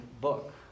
book